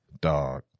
Dog